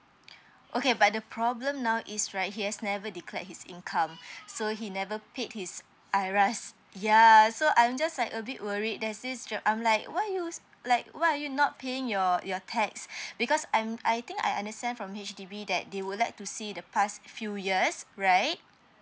okay but the problem now is right he has never declared his income so he never paid his iras ya so I'm just like a bit worried there's this I'm like why you like why are you not paying your your tax because I'm I think I understand from H_D_B that they would like to see the past few years right